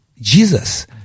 Jesus